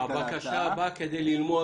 לא, הבקשה באה כדי ללמוד.